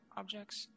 objects